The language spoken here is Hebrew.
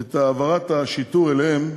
את העברת השיטור אליהם,